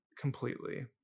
completely